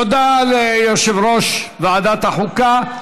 תודה ליושב-ראש ועדת החוקה.